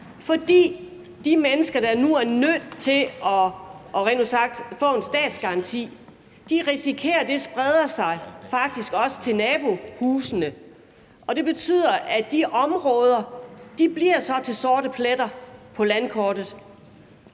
For de mennesker, der nu rent ud sagt er nødt til at få en statsgaranti, risikerer, at det faktisk også spreder sig til nabohusene, og det betyder, at de områder så bliver til sorte pletter på landkortet.